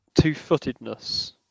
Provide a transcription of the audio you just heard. two-footedness